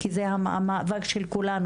כי זה המאבק של כולנו,